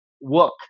work